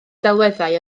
delweddau